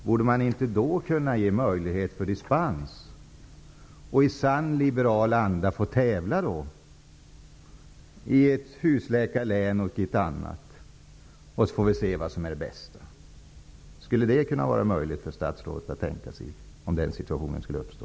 I sann liberal anda skulle då ett husläkarlän och ett annat län kunna tävla mot varandra. Då kan vi se vad som är bäst. Är detta något som statsrådet skulle kunna tänka sig om den situationen skulle uppstå?